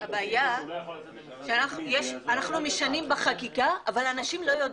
הבעיה שאנחנו משנים בחקיקה, אבל אנשים לא יודעים.